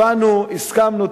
הבנו, הסכמנו.